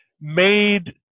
made